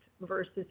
versus